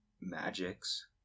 magics